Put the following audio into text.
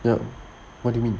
ya what do you mean